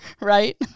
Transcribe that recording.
right